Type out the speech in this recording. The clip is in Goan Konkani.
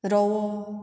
रवो